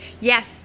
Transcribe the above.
Yes